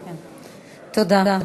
תודה.